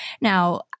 Now